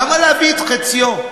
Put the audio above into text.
למה להביא את חציו?